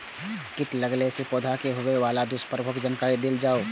कीट लगेला से पौधा के होबे वाला दुष्प्रभाव के जानकारी देल जाऊ?